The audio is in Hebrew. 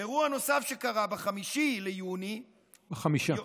אירוע נוסף שקרה בחמישי ביוני, בחמישה.